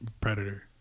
Predator